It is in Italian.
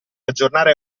aggiornare